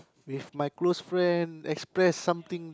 with my close friend express something